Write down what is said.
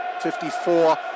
54